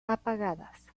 apagadas